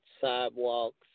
Sidewalks